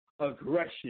aggression